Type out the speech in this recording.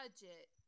budget